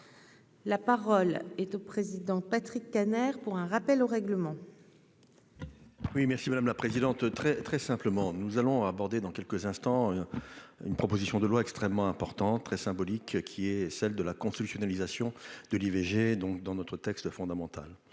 la parole est au président Patrick Kanner pour un rappel au règlement. Oui merci madame la présidente, très très simplement, nous allons aborder dans quelques instants, une proposition de loi extrêmement importante, très symbolique, qui est celle de la constitutionnalisation de l'IVG donc dans notre texte fondamental